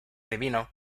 divino